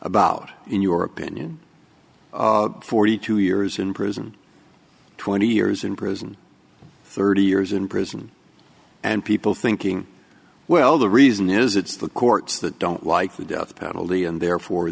about in your opinion forty two years in prison twenty years in prison thirty years in prison and people thinking well the reason is it's the courts that don't like the death penalty and therefore